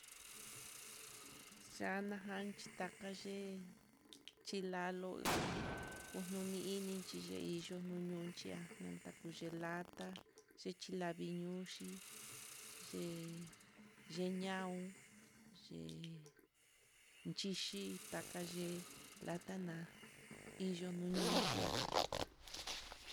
Ya'á nanxhi takayee, xhilalo kunoni ini chí yee ino yunchiá, nata yee lata xhi lavii ñonxhi, yee yeñau yee yixhi takayee, latana inu nununchiá.